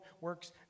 works